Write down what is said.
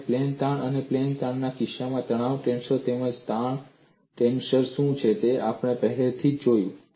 અને પ્લેન તણાવ અને પ્લેન તાણના કેસોમાં તણાવ ટેન્સર તેમજ તાણ ટેન્સર શું છે તે આપણે પહેલેથી જ જોયું છે